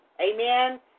Amen